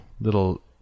little